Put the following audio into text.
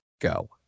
go